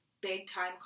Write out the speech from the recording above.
big-time